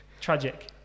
Tragic